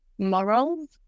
Morals